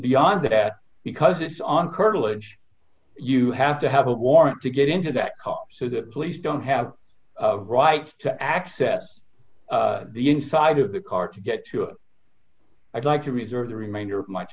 beyond that at because it's on curtilage you have to have a warrant to get into that car so the police don't have a right to access the inside of the car to get to it i'd like to reserve the remainder